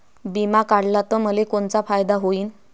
बिमा काढला त मले कोनचा फायदा होईन?